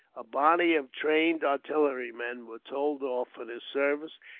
a body of trained artillerymen were told off for this service,